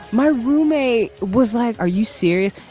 my roommate was like are you serious.